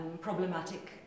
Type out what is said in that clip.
problematic